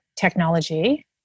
technology